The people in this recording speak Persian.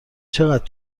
چقدر